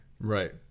Right